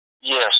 Yes